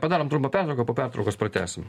padarom trumpą pertrauką po pertraukos pratęsim